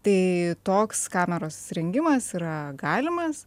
tai toks kameros įsirengimas yra galimas